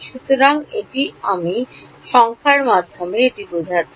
সুতরাং এটি আমি সংখ্যার মাধ্যমে এটি বোঝাচ্ছি